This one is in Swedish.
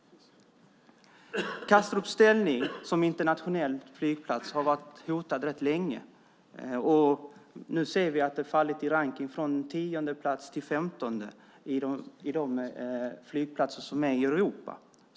Kastrups ställning som internationell flygplats har varit hotad rätt länge, och nu ser vi att den har fallit i rankning från tionde plats till femtonde bland de stora flygplatserna i Europa.